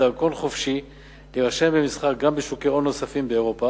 דרכון חופשי להירשם למסחר גם בשוקי הון נוספים באירופה